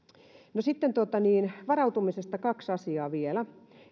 no varautumisesta kaksi asiaa vielä